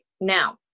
Now